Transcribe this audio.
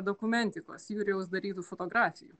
dokumentikos jurijaus darytų fotografijų